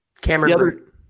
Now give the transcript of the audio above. Cameron